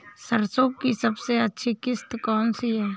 सरसो की सबसे अच्छी किश्त कौन सी है?